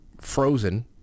frozen